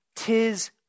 tis